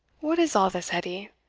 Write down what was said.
what is all this, edie?